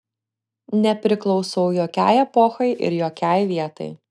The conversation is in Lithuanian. nepriklausau jokiai epochai ir jokiai vietai